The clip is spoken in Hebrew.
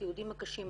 הסיעודים הקשים,